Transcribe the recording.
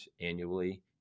annually